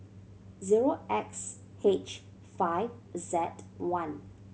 zero X H five Z one